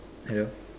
hello